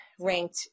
ranked